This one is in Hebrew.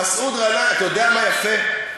יודע מה יפה?